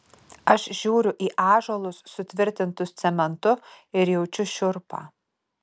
aš žiūriu į ąžuolus sutvirtintus cementu ir jaučiu šiurpą